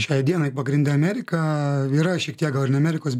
šiai dienai pagrinde amerika yra šiek tiek gal ir ne amerikos